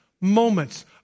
moments